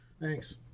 Thanks